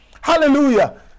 hallelujah